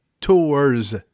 tours